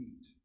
eat